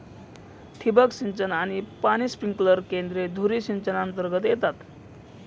ठिबक सिंचन आणि पाणी स्प्रिंकलर केंद्रे धुरी सिंचनातर्गत येतात